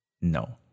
no